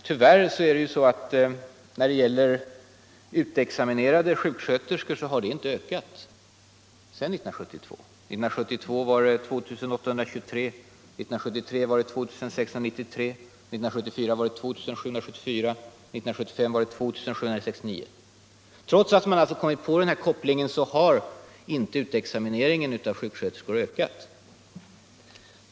Tyvärr är det ju så när det gäller utexaminerade sjuksköterskor att antalet inte ökat sedan 1972. Det var 1972 2 823, 1973 2693, 1974 2 774 och 1975 2 769. Trots att man alltså kommit på den här kopplingen har inte utexamineringen av sjuksköterskor ökat.